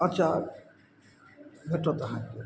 अचार भेटत अहाँकेॅं